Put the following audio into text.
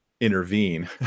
intervene